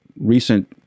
recent